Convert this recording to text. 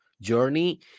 journey